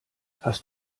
hast